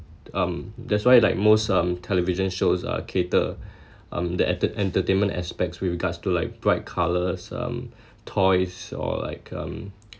um that's why like most um television shows are cater um the enter~ entertainment aspects with regards to like bright colours um toys or like um